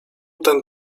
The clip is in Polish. ten